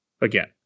again